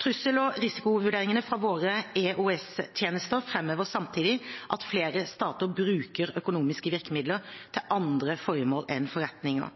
Trussel- og risikovurderinger fra våre EOS-tjenester framhever samtidig at flere stater bruker økonomiske virkemidler til andre formål enn forretninger.